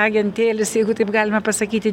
agentėlis jeigu taip galima pasakyti